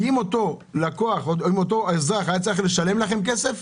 כי אם אותו אזרח היה צריך לשלם לכם כסף,